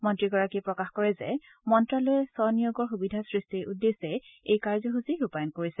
মন্ত্ৰীগৰাকীয়ে প্ৰকাশ কৰে যে মন্ত্ৰালয়ে স্বনিয়োগৰ সুবিধা সৃষ্টিৰ উদ্দেশ্যে এই কাৰ্য্যসূচী ৰূপায়ণ কৰিছে